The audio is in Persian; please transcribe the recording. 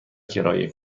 کرایه